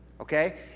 Okay